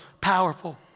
powerful